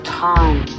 time